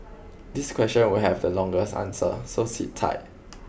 this question will have the longest answer so sit tight